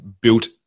built